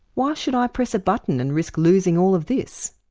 why should i press a button and risk losing all of this?